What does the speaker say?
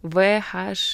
v haš